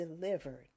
delivered